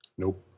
Nope